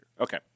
Okay